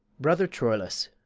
brother troilus!